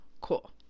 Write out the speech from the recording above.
Cool